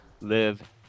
live